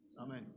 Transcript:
Amen